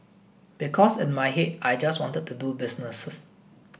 because in my head I just wanted to do business